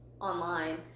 online